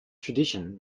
tradition